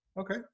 Okay